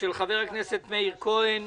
של חברי הכנסת מאיר כהן,